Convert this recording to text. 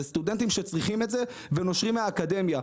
זה סטודנטים שצריכים את זה ונושרים מהאקדמיה.